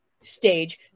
stage